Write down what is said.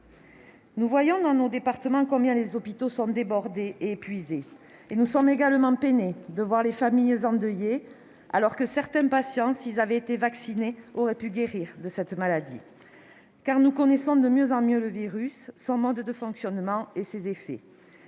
Nous voyons dans nos départements combien les hôpitaux sont débordés et leurs personnels épuisés. Nous sommes également peinés de voir des familles endeuillées, alors que certains patients, s'ils avaient été vaccinés, auraient pu guérir de cette maladie. Oui ! Nous connaissons de mieux en mieux le virus, son mode de fonctionnement et ses effets.